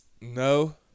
No